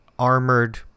armored